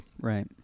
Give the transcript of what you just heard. right